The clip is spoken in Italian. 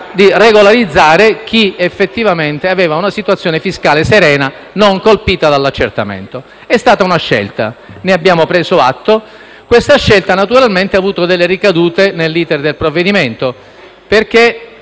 di regolarizzare chi effettivamente aveva una situazione fiscale serena non colpita dall'accertamento. È stata una scelta; ne abbiamo preso atto, ma questa scelta ha avuto naturalmente delle ricadute sull'*iter* del provvedimento perché,